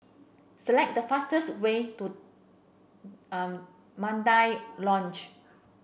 select the fastest way to Mandai Lodge